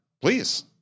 Please